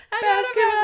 basketball